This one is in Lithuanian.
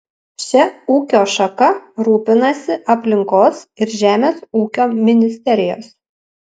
šia ūkio šaka rūpinasi aplinkos ir žemės ūkio ministerijos